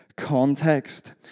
context